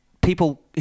People